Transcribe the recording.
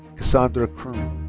cassandra kroon.